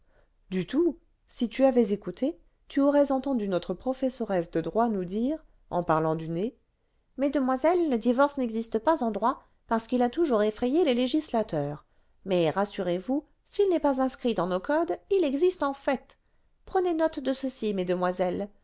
du tout si tu avais écouté tu aurais entendu notre professoresse de droit nous dire en parlant du nez mesdemoiselles le divorce n'existe pas en droit parce qu'il a toujours effrayé les législateurs mais rassurezvous s'il n'est pas inscrit dans nos codes il existe en fait prenez note de ceci mesdemoiselles